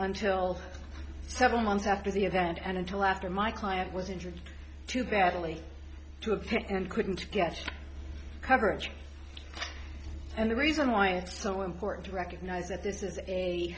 until several months after the event and until after my client was injured too badly to appear and couldn't get coverage and the reason why it's so important to recognize that this is a